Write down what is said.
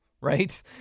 right